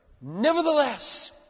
Nevertheless